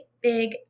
big